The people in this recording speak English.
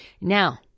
Now